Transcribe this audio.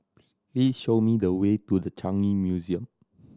please show me the way to The Changi Museum